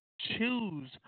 choose